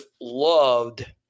loved